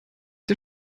ihr